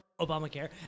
Obamacare